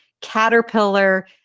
Caterpillar